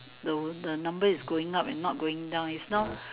the the number is going up and not going down it's not